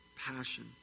passion